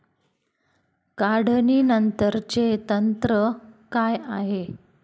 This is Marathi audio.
काढणीनंतरचे तंत्र काय आहे?